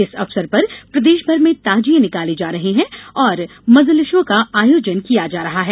इस अवसर पर प्रदेशभर में ताजिए निकाले जा रहे हैं और मजलिसों का आयोजन किया गया है